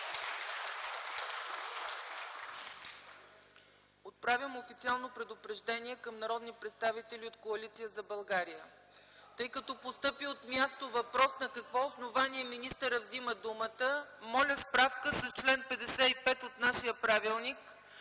Отправям официално предупреждение към народни представители от Коалиция за България. Тъй като постъпи от място въпрос на какво основание министърът взема думата, моля справка с чл. 55 от нашия правилник